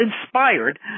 inspired